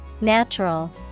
Natural